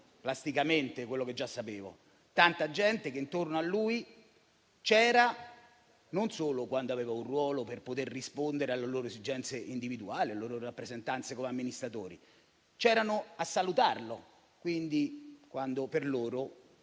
plasticamente quello che già sapevo: tante persone che intorno a lui sono state quando aveva un ruolo per poter rispondere alle loro esigenze individuali, alle loro rappresentanze come amministratori, e che c'erano in quel giorno per salutarlo, quando per loro